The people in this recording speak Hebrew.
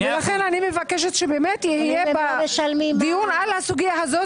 ולכן אני מבקשת שבאמת יהיה דיון על הסוגיה הזאת,